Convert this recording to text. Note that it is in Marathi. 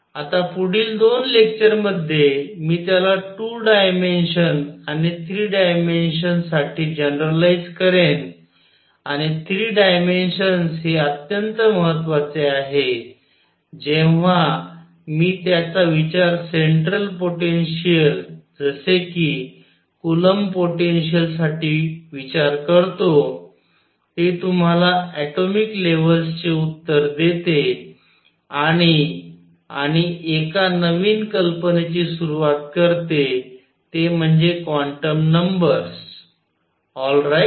आता पुढच्या दोन लेक्चर्समध्ये मी त्याला टू डायमेन्शन्स आणि थ्री डायमेन्शन्स साठी जनरलाईझ करेन आणि थ्री डायमेन्शन्स हे अत्यंत महत्वाचे आहे जेव्हा मी त्याचा विचार सेंट्रल पोटेन्शिअल जसे कि कूलॉम्ब पोटेन्शिअल साठी विचार करतो ते तुम्हाला ऍटोमिक लेव्हल्सचे उत्तर देते आणि आणि एका नवीन कल्पनेची सुरवात करते ते म्हणजे क्वांटम नंबर्स ऑल राईट